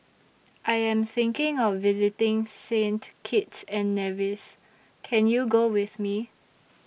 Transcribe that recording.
I Am thinking of visiting Saint Kitts and Nevis Can YOU Go with Me